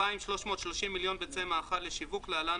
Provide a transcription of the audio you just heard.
2,330 מיליון ביצי מאכל לשיווק (להלן,